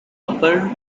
upper